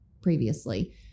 previously